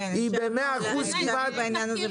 מ-45% --- עודדה, סליחה.